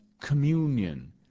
Communion